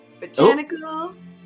Botanicals